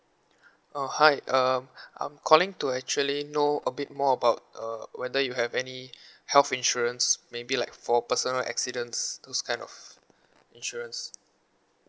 uh hi um I'm calling to actually know a bit more about uh whether you have any health insurance maybe like for personal accidents those kind of insurance